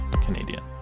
canadian